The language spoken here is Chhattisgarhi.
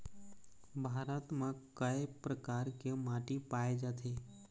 भारत म कय प्रकार के माटी पाए जाथे?